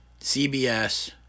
CBS